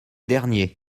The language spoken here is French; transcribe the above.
derniers